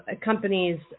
Companies